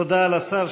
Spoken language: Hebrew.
תודה לשר.